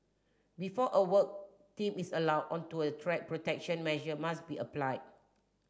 before a work team is allowed onto a track protection measure must be applied